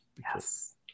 yes